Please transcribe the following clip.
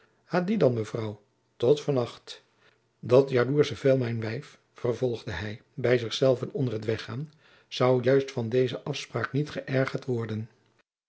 hadie dan mevrouw tot van nacht dat jaloersche vel mijn wijf vervolgde hij bij zich zelven onder t weggaan zou juist van deuze afspraak niet gëergerd worden